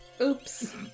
Oops